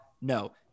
No